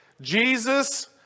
Jesus